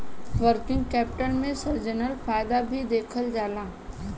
working capital में seasonal फायदा भी देखल जाला